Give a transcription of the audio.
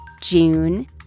June